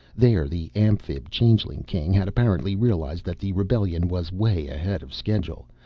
there the amphib-changeling king had apparently realized that the rebellion was way ahead of schedule,